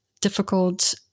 difficult